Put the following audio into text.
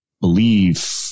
believe